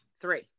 Three